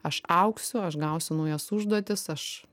aš augsiu aš gausiu naujas užduotis aš